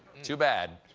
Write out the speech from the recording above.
too bad.